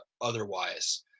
otherwise